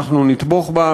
אנחנו נתמוך בה,